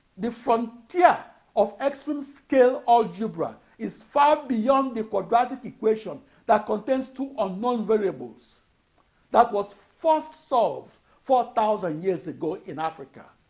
the frontier of extreme-scale algebra is far beyond the quadratic equation that contains two unknown variables that was first solved four thousand years ago in africa.